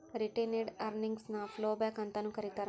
retained earnings ನ flowback ಅಂತಾನೂ ಕರೇತಾರ